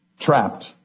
trapped